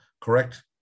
correct